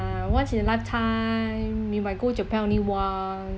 once in a lifetime you might go to japan only once